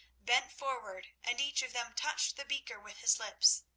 bent forward and each of them touched the beaker with his lips.